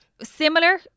similar